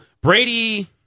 Brady